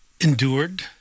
endured